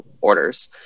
orders